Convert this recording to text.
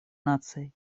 наций